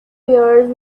pears